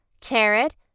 Carrot